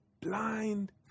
blind